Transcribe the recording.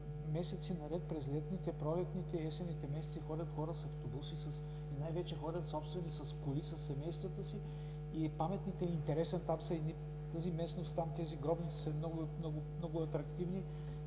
месеци наред – през летните, пролетните и есенните месеци, ходят хора с автобуси, най-вече ходят с коли със семействата си. Паметникът е интересен, там тази местност, тези гробници са много атрактивни